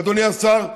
אדוני השר,